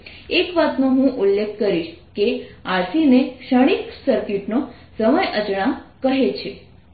એક વાતનો હું ઉલ્લેખ કરીશ કે RC ને ક્ષણિક સર્કિટનો સમય અચળાંક કહે છે